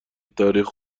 تاریخ